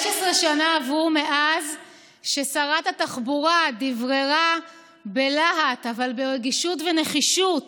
15 שנה עברו מאז ששרת התחבורה דבררה בלהט אבל ברגישות ונחישות